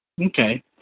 Okay